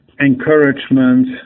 Encouragement